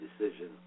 decision